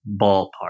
ballpark